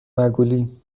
مگولی